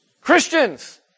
Christians